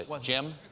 Jim